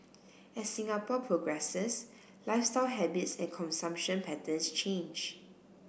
as Singapore progresses lifestyle habits and consumption patterns change